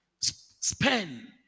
Spend